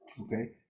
Okay